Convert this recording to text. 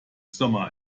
sommer